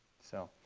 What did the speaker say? so